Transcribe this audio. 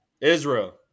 Israel